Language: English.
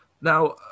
now